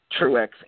Truex